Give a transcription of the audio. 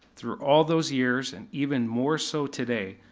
through all those years, and even more so today,